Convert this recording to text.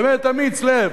באמת אמיץ לב,